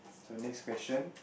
so next question